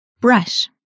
Brush